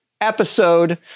episode